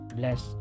bless